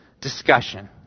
discussion